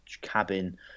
cabin